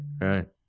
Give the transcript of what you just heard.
right